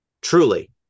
truly